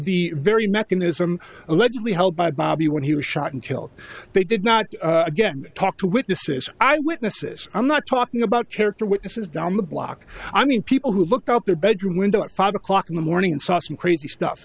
the very mechanism allegedly held by bobby when he was shot and killed they did not again talk to witnesses eyewitnesses i'm not talking about character witnesses down the block i mean people who looked out their bedroom window at five o'clock in the morning and saw some crazy stuff